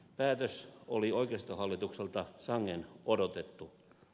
päätös oli oikeistohallitukselta sangen odotettu